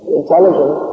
intelligent